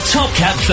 Topcat